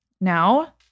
Now